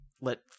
let